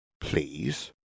Please